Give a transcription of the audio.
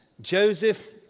Joseph